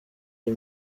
iyi